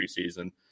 preseason